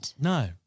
No